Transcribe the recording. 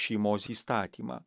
šeimos įstatymą